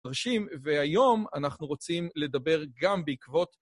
תרשים, והיום אנחנו רוצים לדבר גם בעקבות...